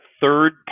third